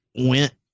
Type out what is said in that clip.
went